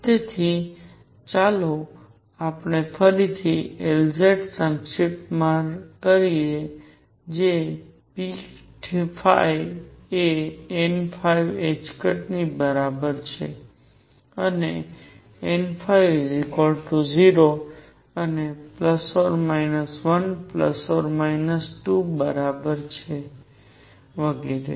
તેથી ચાલો આપણે ફરીથી Lz સંક્ષિપ્ત માં કહીએ જે p એ n ની બરાબર છે અને n0 અને ±1 ±2 બરાબર છે વગેરે